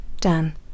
dan